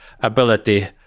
ability